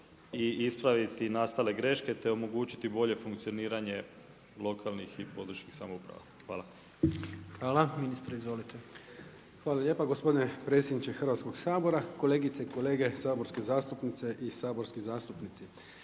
i ispraviti nastale greške te omogućiti bolje funkcioniranje lokalnih i područnih samouprava? Hvala. **Jandroković, Gordan (HDZ)** Hvala. Ministre izvolite. **Kuščević, Lovro (HDZ)** Hvala lijepo gospodine predsjedniče Hrvatskoga sabora, kolegice i kolege saborske zastupnice i saborski zastupnici.